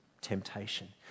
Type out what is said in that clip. temptation